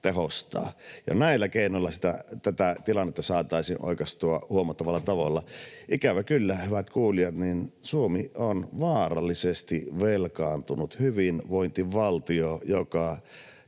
tehostaa. Näillä keinoilla tätä tilannetta saataisiin oikaistua huomattavalla tavalla. Ikävä kyllä, hyvät kuulijat, Suomi on vaarallisesti velkaantunut hyvinvointivaltio, jonka